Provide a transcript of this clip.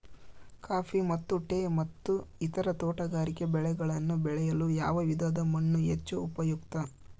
Coffee ಮತ್ತು tea ಮತ್ತು ಇತರ ತೋಟಗಾರಿಕೆ ಬೆಳೆಗಳನ್ನು ಬೆಳೆಯಲು ಯಾವ ವಿಧದ ಮಣ್ಣು ಹೆಚ್ಚು ಉಪಯುಕ್ತ?